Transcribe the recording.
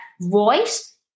voice